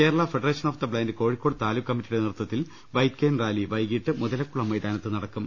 Kerala federation of the blind Kozhikode taluk കമ്മിറ്റിയുടെ നേതൃത്വത്തിൽ white cane rally വൈകിട്ട് മുതലക്കുളം മൈതാനത്ത് നടക്കും